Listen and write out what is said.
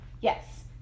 Yes